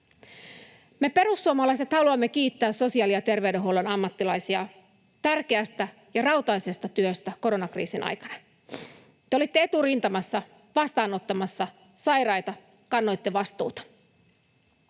Me perussuomalaiset haluamme kiittää sosiaali‑ ja terveydenhuollon ammattilaisia tärkeästä ja rautaisesta työstä koronakriisin aikana. Te olitte eturintamassa vastaanottamassa sairaita, kannoitte vastuuta.